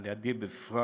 על-ידי בפרט.